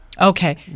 Okay